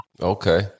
Okay